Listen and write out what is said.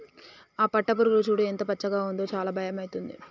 ఆ పట్టుపురుగు చూడు ఎంత పచ్చగా ఉందో చాలా భయమైతుంది